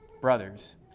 Brothers